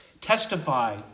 testify